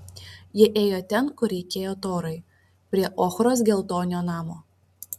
jie ėjo ten kur reikėjo torai prie ochros geltonio namo